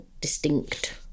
distinct